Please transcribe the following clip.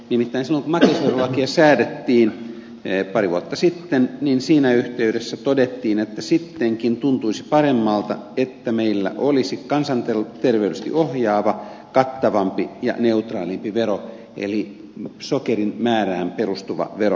nimittäin silloin kun makeisverolakia säädettiin pari vuotta sitten siinä yhteydessä todettiin että sittenkin tuntuisi paremmalta että meillä olisi kansanterveydellisesti ohjaava kattavampi ja neutraalimpi vero eli sokerin määrään perustuva vero